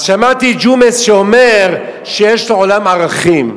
אז שמעתי את ג'ומס שאומר שיש לו עולם ערכים.